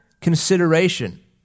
consideration